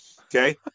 Okay